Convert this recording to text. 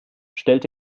stellt